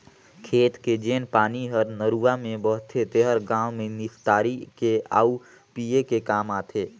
खेत के जेन पानी हर नरूवा में बहथे तेहर गांव में निस्तारी के आउ पिए के काम आथे